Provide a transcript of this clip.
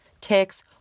ticks